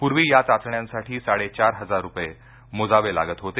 पूर्वी या चाचण्यांसाठी साडेचार हजार रुपये मोजावे लागत होते